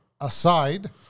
aside